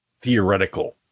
theoretical